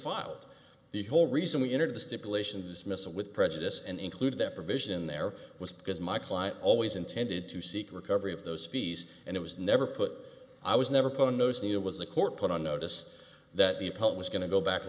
filed the whole reason we entered the stipulations missa with prejudice and included that provision there was because my client always intended to seek recovery of those fees and it was never put i was never put on those knew it was the court put on notice that the pope was going to go back